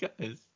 guys